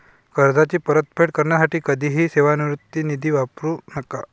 कर्जाची परतफेड करण्यासाठी कधीही सेवानिवृत्ती निधी वापरू नका